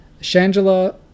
Shangela